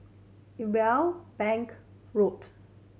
Irwell Bank Road